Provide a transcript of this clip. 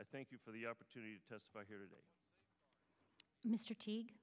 i thank you for the opportunity to testify here today mr